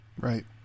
Right